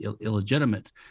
illegitimate